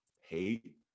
hate